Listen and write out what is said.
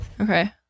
Okay